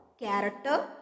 character